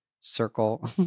circle